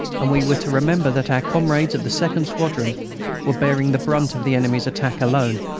and we were to remember that our comrades of the second squadron were bearing the brunt of the enemy's attack alone.